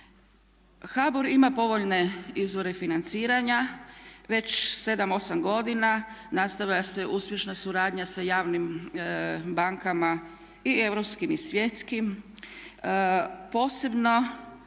HBOR ima povoljne izvore financiranja, već 7, 8 godina nastavlja se uspješna suradnja sa javnim bankama i europskim i svjetskim. Posebno